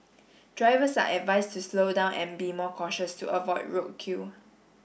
drivers are advised to slow down and be more cautious to avoid roadkill